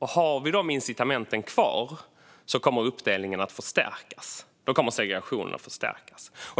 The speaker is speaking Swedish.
har vi de incitamenten kvar kommer uppdelningen att förstärkas. Då kommer segregationen att förstärkas.